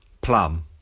Plum